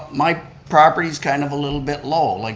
my property's kind of a little bit low. like